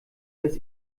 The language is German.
bis